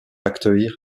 accueillir